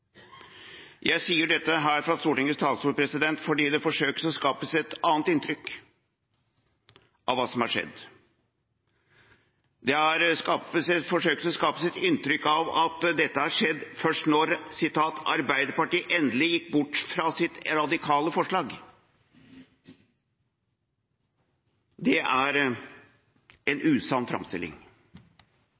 Jeg sier dette fra Stortingets talerstol fordi det forsøkes skapt et annet inntrykk av hva som har skjedd. Det forsøkes skapt et inntrykk av at dette har skjedd først når Arbeiderpartiet endelig gikk bort fra sitt radikale forslag. Det er en usann framstilling.